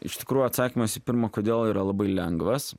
iš tikrųjų atsakymas į pirmą kodėl yra labai lengvas